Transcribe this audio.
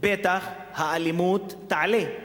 האלימות תעלה.